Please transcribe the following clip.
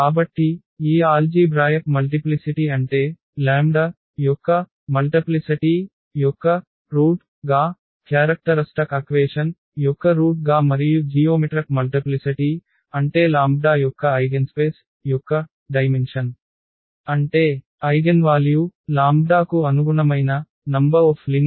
కాబట్టి ఈ algebraic multiplicity అంటే లాంబ్డా Lambdaλ యొక్క గుణకారం యొక్క మూలం గా లక్షణ సమీకరణం యొక్క root గా మరియు రేఖాగణిత గుణకారం అంటే λ యొక్క ఐగెన్స్పేస్ యొక్క పరిమాణం అంటే ఐగెన్వాల్యూ λ కు అనుగుణమైన సరళ స్వతంత్ర ఐగెన్వేక్టర్ల సంఖ్య